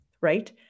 right